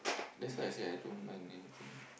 that's why I say I don't mind anything